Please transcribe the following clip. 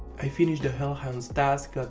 i finished the hellhounds task, ah